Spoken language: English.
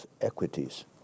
equities